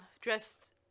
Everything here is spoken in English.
dressed